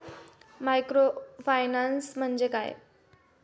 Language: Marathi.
मायक्रोफायनान्स म्हणजे काय?